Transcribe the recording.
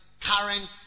Current